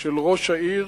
של ראש העיר,